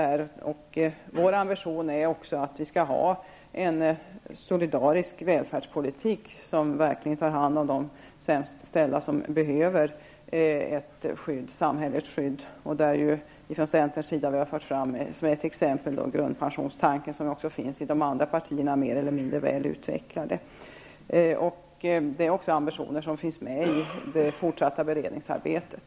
Vår ambition är också att vi skall ha en solidarisk välfärdspolitik, som verkligen tar hand om de sämst ställda som behöver samhällets skydd. Vi i centern har som ett exempel fört fram grundpensionstanken, som finns också hos de andra partierna mer eller mindre väl utvecklad. Det är ambitioner som finns med i det fortsatta beredningsarbetet.